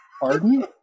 pardon